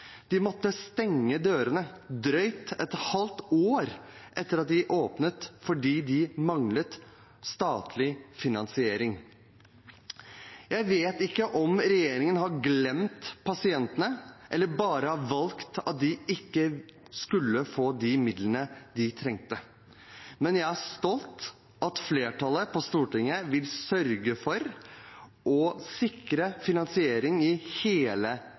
De måtte stenge dørene drøyt et halvt år etter at de åpnet, fordi de manglet statlig finansiering. Jeg vet ikke om regjeringen har glemt pasientene eller bare har valgt at de ikke skulle få de midlene de trengte. Men jeg er stolt av at flertallet på Stortinget vil sørge for å sikre finansiering i hele